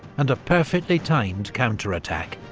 and a perfectly timed counterattack.